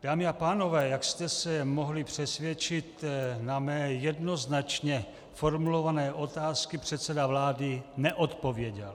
Dámy a pánové, jak jste se mohli přesvědčit, na mé jednoznačně formulované otázky předseda vlády neodpověděl.